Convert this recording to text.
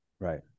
Right